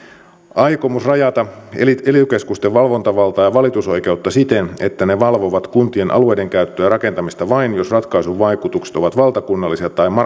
aikomus rajata ely keskusten valvontavaltaa ja valitusoikeutta siten että ne valvovat kuntien alueidenkäyttöä ja rakentamista vain jos ratkaisun vaikutukset ovat valtakunnallisia tai